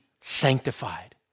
sanctified